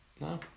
No